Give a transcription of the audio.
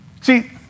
See